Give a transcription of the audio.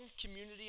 community